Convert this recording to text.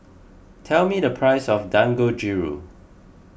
tell me the price of Dangojiru